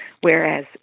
whereas